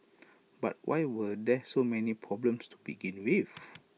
but why were there so many problems to begin with